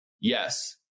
Yes